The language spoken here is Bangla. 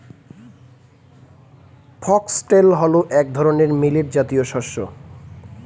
ফক্সটেল হল এক ধরনের মিলেট জাতীয় শস্য